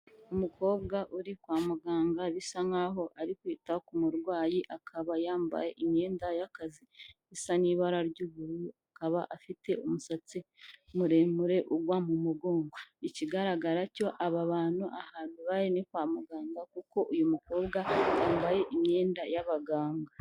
Umukobwa uri kwa muganga bisa nkaho ari kwita ku murwayi, akaba yambaye imyenda y'akazi isa n'ibara ry'ubururu, akaba afite umusatsi muremure ugwa mu mugongo, ikigaragara cyo aba bantu bari ni kwa muganga kuko uyu mukobwa yambaye imyenda y'abaganga.